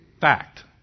Fact